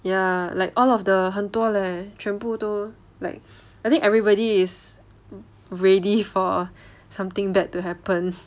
ya like all of the 很多 leh 全部都 like I think everybody is ready for something bad to happen